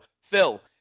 Phil